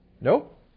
Nope